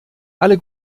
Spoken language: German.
alle